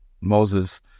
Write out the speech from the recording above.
Moses